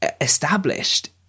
established